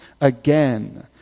again